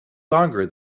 longer